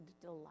delight